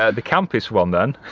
ah the campest one then,